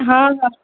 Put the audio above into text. हँ बाबा